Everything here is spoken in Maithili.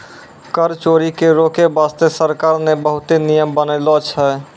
कर चोरी के रोके बासते सरकार ने बहुते नियम बनालो छै